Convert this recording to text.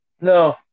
No